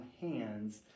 hands